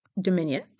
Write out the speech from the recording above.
Dominion